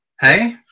Hey